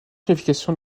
qualification